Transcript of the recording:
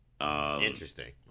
Interesting